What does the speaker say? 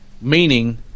meaning